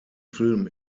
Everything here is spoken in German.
film